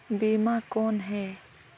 बीमा कौन है?